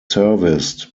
serviced